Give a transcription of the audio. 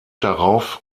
darauf